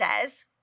says